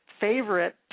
favorite